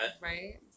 Right